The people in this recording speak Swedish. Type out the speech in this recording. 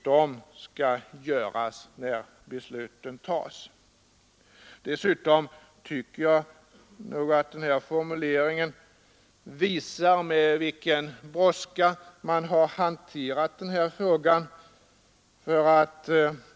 De skall göras när besluten fattas. Dessutom tycker jag att formuleringen visar, med vilken brådska man har hanterat denna fråga.